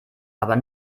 aber